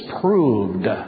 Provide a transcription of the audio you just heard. proved